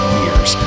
years